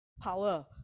power